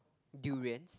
durians